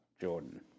Jordan